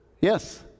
Yes